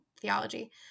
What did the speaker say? theology